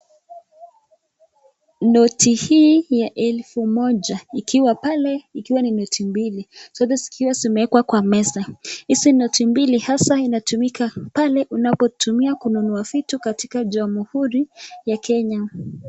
Noti hii ya elfu moja, ikiwa pale ikiwa ni noti mbili zikiwa zimewekwa kwa meza, hizi noti mbili, hasa inatumika pale unapo tumia kununua vitu kutoka jamhuri ya Kenya.